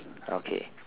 okay